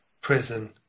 prison